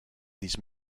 these